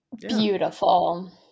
Beautiful